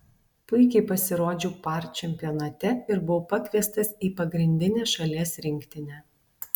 puikiai pasirodžiau par čempionate ir buvau pakviestas į pagrindinę šalies rinktinę